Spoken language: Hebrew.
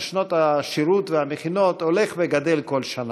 של שנות השירות והמכינות הולך וגדל כל שנה,